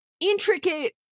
intricate